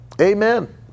Amen